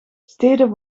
steden